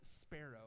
sparrow